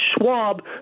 Schwab